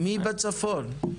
ומי בצפון?